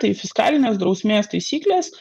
tai fiskalinės drausmės taisyklės